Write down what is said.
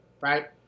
right